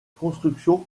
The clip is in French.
construction